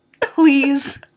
please